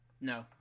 No